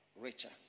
Richer